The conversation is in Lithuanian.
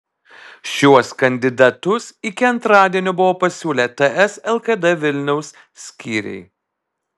šiuos kandidatus iki antradienio buvo pasiūlę ts lkd vilniaus skyriai